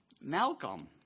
Malcolm